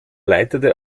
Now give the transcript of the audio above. leitete